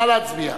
נא להצביע.